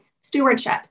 stewardship